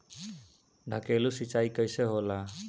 ढकेलु सिंचाई कैसे होला?